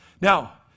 Now